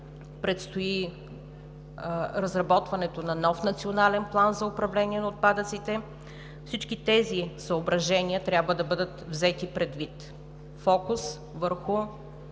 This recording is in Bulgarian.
предстои разработването на нов национален план за управление на отпадъците. Всички тези съображения трябва да бъдат взети предвид – фокус върху